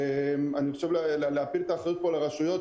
אני חושב שלא הוגן להפיל את האחריות על הרשויות.